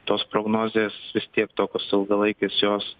tos prognozės vis tiek tokios ilgalaikės jos